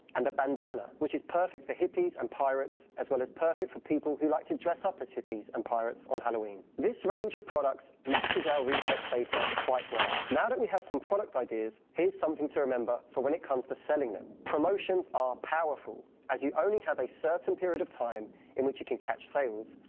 and a bandana, which is perfect for hippies and pirates, as well as perfect for people who like to dress up as hippies and pirates on halloween. this range of products matches our research data quite well. now that we have some product ideas here's something to remember for when it comes to selling them. promotions are powerful! as you only have a certain period of time in which you can catch sales,